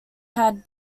had